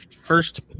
first